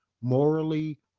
morally